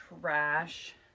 trash